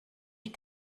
die